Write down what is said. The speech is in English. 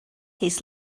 his